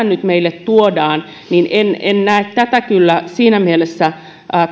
nyt meille tuodaan en en näe kyllä siinä mielessä